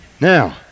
Now